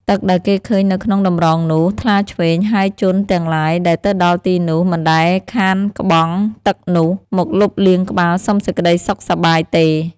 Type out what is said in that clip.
ទឹកដែលគេឃើញនៅក្នុងតម្រងនោះ ថ្លាឆ្វេង ហើយជន់ទាំងឡាយដែលទៅដល់ទីនោះ មិនដែលខានក្បង់ ទឹកនោះ មកលុបលាងក្បាលសុំសេចក្តីសុខសប្បាយទេ ។